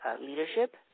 leadership